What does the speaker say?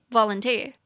Volunteer